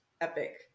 epic